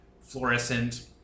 fluorescent